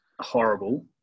horrible